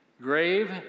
Grave